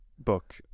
book